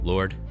Lord